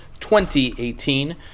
2018